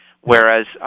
whereas